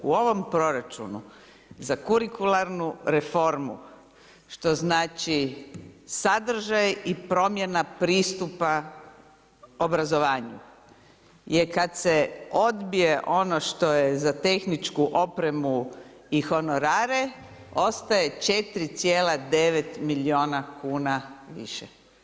U ovom proračunu za kurikularnu reformu, što znači sadržaj i promjena pristupa obrazovanju je kad se odbije ono što je za tehničku opremu i honorare ostaje 4,9 milijuna kuna više.